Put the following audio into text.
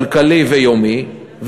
כלכלי ויומי,